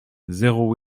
zéro